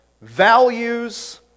values